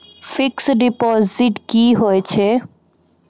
Fixed deposit की होय छै?